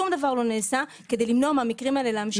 שום דבר לא נעשה כדי למנוע מהמקרים האלה להמשיך ולקרות.